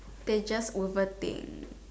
they just overthink